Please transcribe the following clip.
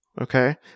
Okay